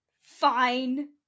Fine